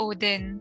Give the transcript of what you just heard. Odin